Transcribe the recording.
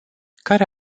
care